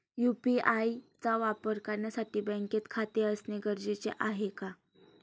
UPI चा वापर करण्यासाठी बँकेत खाते असणे गरजेचे आहे का?